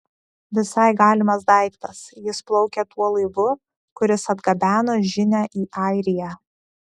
visai galimas daiktas jis plaukė tuo laivu kuris atgabeno žinią į airiją